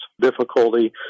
difficulty